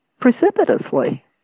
precipitously